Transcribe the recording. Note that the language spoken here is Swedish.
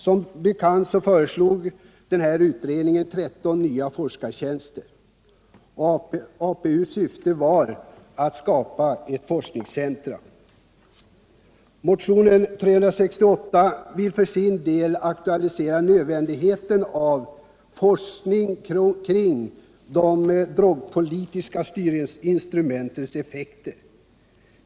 Som bekant föreslog alkoholpolitiska utredningen, APU, 13 nya forskartjänster. APU:s syfte var att skapa ett forskningscenter. Vi motionärer ville för vår del aktualisera nödvändigheten av forskning kring de drogpolitiska styrinstrumentens effekter.